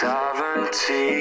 Sovereignty